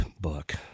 book